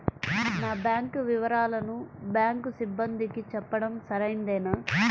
నా బ్యాంకు వివరాలను బ్యాంకు సిబ్బందికి చెప్పడం సరైందేనా?